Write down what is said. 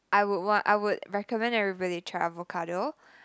I would wa~ I would recommend everybody to try avocado